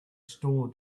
store